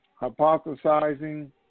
hypothesizing